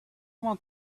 want